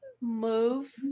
move